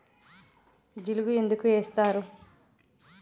జిలుగు ఎందుకు ఏస్తరు?